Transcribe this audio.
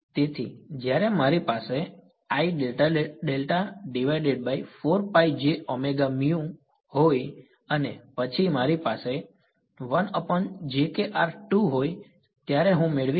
તેથી જ્યારે મારી પાસે હોય અને પછી મારી પાસે હોય ત્યારે હું મેળવીશ